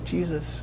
Jesus